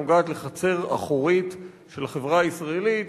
שנוגעת לחצר האחורית של החברה הישראלית,